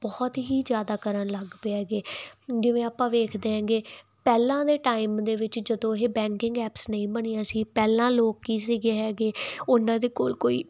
ਬਹੁਤ ਹੀ ਜ਼ਿਆਦਾ ਕਰਨ ਲੱਗ ਪਏ ਹੈਗੇ ਜਿਵੇਂ ਆਪਾਂ ਵੇਖਦੇ ਹੈਗੇ ਪਹਿਲਾਂ ਦੇ ਟਾਈਮ ਦੇ ਵਿੱਚ ਜਦੋਂ ਇਹ ਬੈਂਕਿੰਗ ਐਪਸ ਨਹੀਂ ਬਣੀਆਂ ਸੀ ਪਹਿਲਾਂ ਲੋਕ ਕੀ ਸੀਗੇ ਹੈਗੇ ਉਹਨਾਂ ਦੇ ਕੋਲ ਕੋਈ